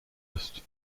august